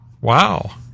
Wow